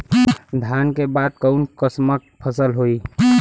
धान के बाद कऊन कसमक फसल होई?